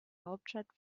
hauptstadt